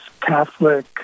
Catholic